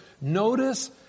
Notice